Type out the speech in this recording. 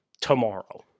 tomorrow